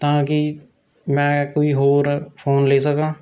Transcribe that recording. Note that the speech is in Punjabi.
ਤਾਂ ਕਿ ਮੈਂ ਕੋਈ ਹੋਰ ਫ਼ੋਨ ਲੈ ਸਕਾਂ